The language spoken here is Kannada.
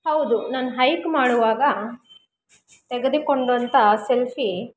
ಹೌದು ನಾನು ಹೈಕ್ ಮಾಡುವಾಗ ತೆಗೆದುಕೊಂಡಂಥ ಸೆಲ್ಫಿ